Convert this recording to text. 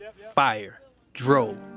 ah fire. dro.